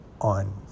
on